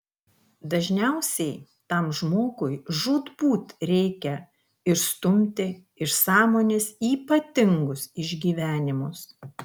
dažniausiai tam žmogui žūtbūt reikia išstumti iš sąmonės ypatingus išgyvenimus